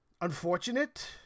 unfortunate